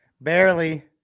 Barely